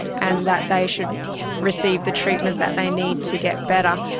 and that they should receive the treatment that they need to get better.